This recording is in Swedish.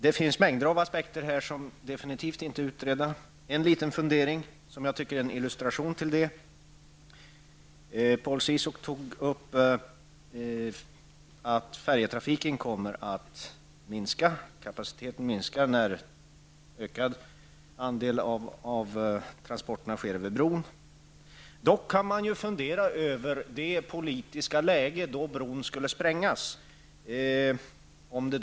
Det finns en mängd aspekter här som definitivt inte är utredda. Jag har en liten fundering i detta sammanhang, och jag tycker att den något illustrerar vad det är fråga om. Paul Ciszuk nämnde att färjetrafiken kommer att minska. Kapaciteten kommer alltså att minska när en större andel av transporterna sker över bron. Dock kan man fundera över det politiska läge som uppstår vid en sprängning av bron.